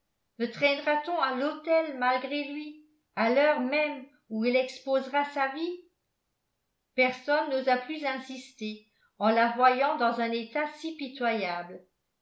me traînera t on à l'autel malgré lui à l'heure même où il exposera sa vie personne n'osa plus insister en la voyant dans un état si pitoyable